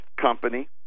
company